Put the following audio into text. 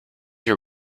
your